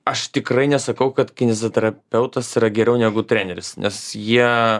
aš tikrai nesakau kad kineziterapeutas yra geriau negu treneris nes jie